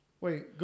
Wait